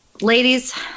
Ladies